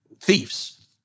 thieves